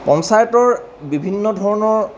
পঞ্চায়তৰ বিভিন্ন ধৰণৰ